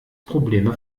probleme